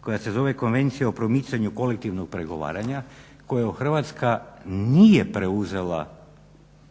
koja se zove Konvencija o promicanju kolektivnog pregovaranja koju Hrvatska nije preuzela